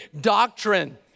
doctrine